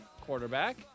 quarterback